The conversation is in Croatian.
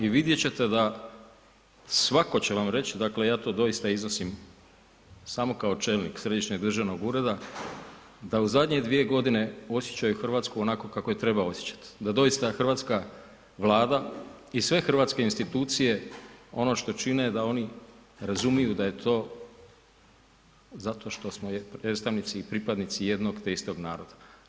I vidjet ćete da svako će vam reći dakle, ja to doista iznosim samo kao čelnik središnjeg državnog ureda, da u zadnje 2 g. osjećaju Hrvatsku onako kako je treba osjećat, da doista hrvatska Vlada i sve hrvatske institucije ono što čine, da oni razumiju da je to zato što smo predstavnici i pripadnici jednog te istog naroda.